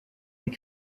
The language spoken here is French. des